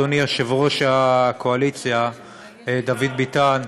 אדוני יושב-ראש הקואליציה דוד ביטן,